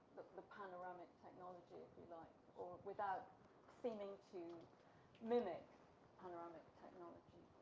the panoramic technology or without seeming to mimic panoramic technology.